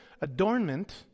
adornment